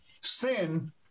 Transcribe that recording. sin